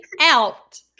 out